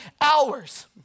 hours